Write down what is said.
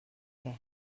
què